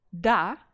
Da